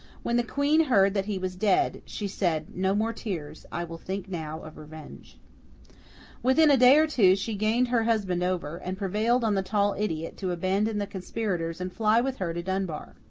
when the queen heard that he was dead, she said, no more tears. i will think now of revenge within a day or two, she gained her husband over, and prevailed on the tall idiot to abandon the conspirators and fly with her to dunbar.